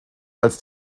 als